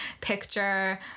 picture